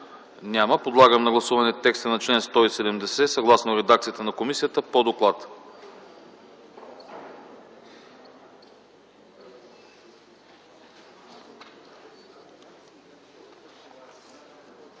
няма. Подлагам на гласуване текста на чл. 171, съгласно редакцията на комисията по доклада.